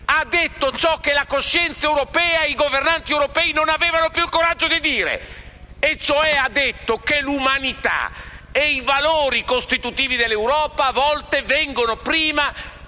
ha detto ciò che la coscienza europea e i governanti europei non avevano più il coraggio di dire, cioè che l'umanità e i valori costitutivi dell'Europa a volte vengono prima